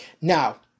Now